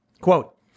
Quote